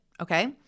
Okay